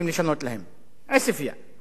עספיא ודאלית-אל-כרמל,